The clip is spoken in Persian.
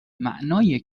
معنای